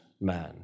man